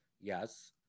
Yes